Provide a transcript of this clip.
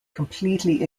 completely